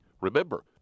Remember